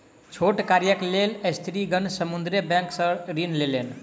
छोट कार्यक लेल स्त्रीगण समुदाय बैंक सॅ ऋण लेलैन